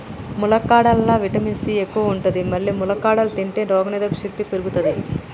ములక్కాడలల్లా vitamin C ఎక్కువ ఉంటది మల్లి ములక్కాడలు తింటే రోగనిరోధక శక్తి పెరుగుతది